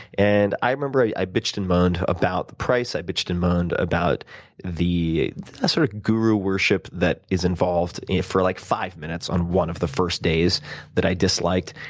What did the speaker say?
and i remember i i bitched and moaned about price. i bitched and moaned about the sort of guru worship that is involved for like five minutes one of the first days that i disliked.